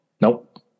Nope